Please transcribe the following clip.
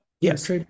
yes